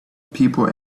people